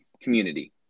community